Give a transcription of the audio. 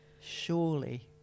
Surely